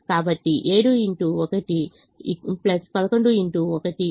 కాబట్టి 26 x 0 18